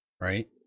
Right